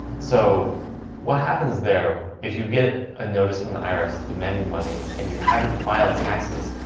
so what happens there if you get a notice from the irs demanding money and you haven't filed taxes?